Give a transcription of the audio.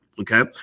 Okay